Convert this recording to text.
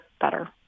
better